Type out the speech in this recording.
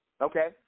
okay